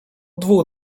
dwóch